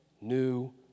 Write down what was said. new